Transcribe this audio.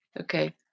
okay